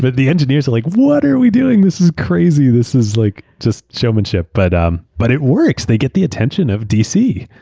but the engineers were like what are we doing? this is crazy. this is like just showmanship. but um but it works. they get the attention of dc.